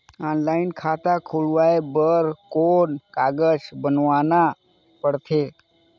Online खाता खुलवाय बर कौन कागज बनवाना पड़थे?